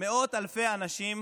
מאות אלפי אנשים